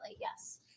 yes